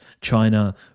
China